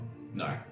No